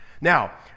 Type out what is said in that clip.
Now